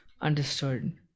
understood